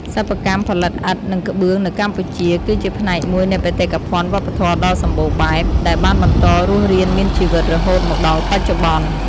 សិប្បកម្មផលិតឥដ្ឋ និងក្បឿងនៅកម្ពុជា គឺជាផ្នែកមួយនៃបេតិកភណ្ឌវប្បធម៌ដ៏សម្បូរបែប ដែលបានបន្តរស់រានមានជីវិតរហូតមកដល់បច្ចុប្បន្ន។